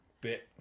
bit